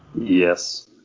Yes